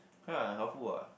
correct [what] helpful [what]